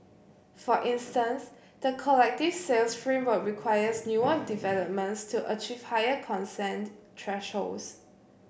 for instance the collective sales framework requires newer developments to achieve higher consent thresholds